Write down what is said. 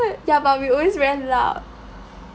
ya but we always very loud